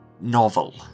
novel